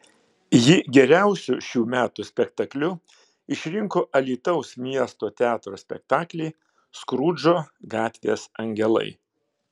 ji geriausiu šių metų spektakliu išrinko alytaus miesto teatro spektaklį skrudžo gatvės angelai